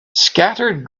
scattered